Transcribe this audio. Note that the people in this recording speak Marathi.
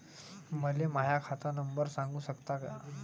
मले माह्या खात नंबर सांगु सकता का?